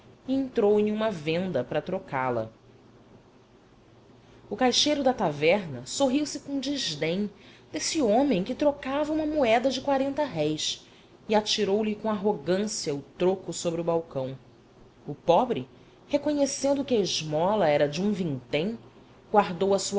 entrou em uma venda para trocá la o caixeiro da taverna sorriu-se com desdém desse homem que trocava uma moeda de rs e atirou-lhe com arrogância o troco sobre o balcão o pobre reconhecendo que a esmola era de um vintém guardou a